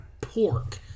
Pork